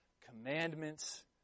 commandments